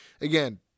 again